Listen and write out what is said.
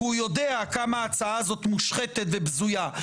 כי הוא יודע כמה ההצעה הזאת מושחתת ובזויה,